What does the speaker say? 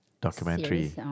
documentary